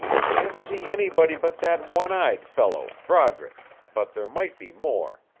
can't see anybody but that one-eyed fellow, broderick, but there might be more.